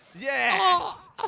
Yes